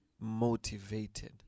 motivated